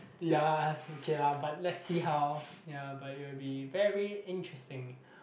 ya okay lah but let's see how ya but it will be very interesting